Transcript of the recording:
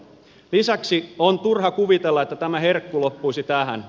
lisäksi on turha kuvitella että tämä herkku loppuisi tähän